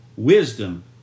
wisdom